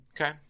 Okay